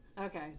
Okay